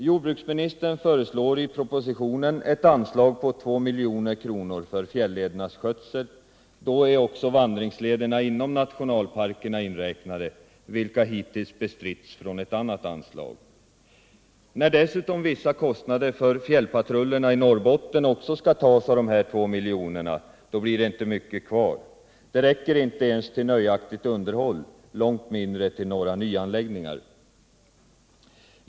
Jordbruksministern föreslår i propositionen ett anslag på 2 milj.kr. för fjälledernas skötsel. Då är också vandringslederna inom nationalparkerna inräknade, vilka hittills bestritts från annat anslag. När dessutom vissa kostnader för fjällpatrullerna i Norrbotten skall tas av de 2 miljonerna blir det inte mycket kvar. Det räcker inte ens till nöjaktigt underhåll, långt mindre till några nyanläggningar.